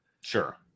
Sure